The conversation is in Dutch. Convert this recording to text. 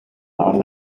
haar